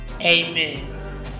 Amen